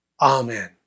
Amen